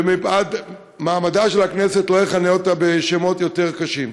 ומפאת מעמדה של הכנסת לא אכנה אותה בשמות יותר קשים.